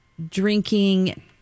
Drinking